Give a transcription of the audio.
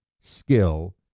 skill